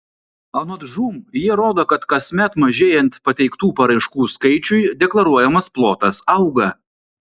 anot žūm jie rodo kad kasmet mažėjant pateiktų paraiškų skaičiui deklaruojamas plotas auga